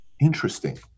Interesting